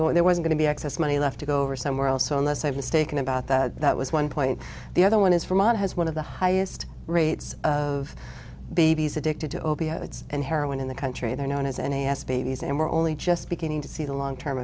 going there was going to be excess money left to go over somewhere else so unless i'm mistaken about that that was one point the other one is for ma has one of the highest rates of babies addicted to opiates and heroin in the country they're known as n a s babies and we're only just beginning to see the long term